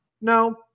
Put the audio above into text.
No